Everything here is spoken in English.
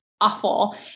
awful